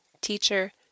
teacher